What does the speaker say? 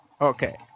Okay